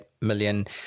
million